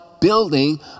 building